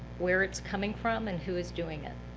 where it's coming from, and who is doing it?